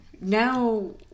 Now